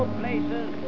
places